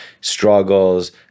struggles